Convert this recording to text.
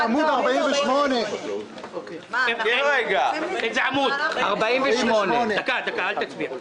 עמוד 48. דקה, אל תצביע.